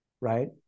right